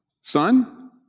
Son